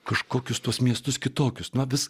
kažkokius tuos miestus kitokius nuo vis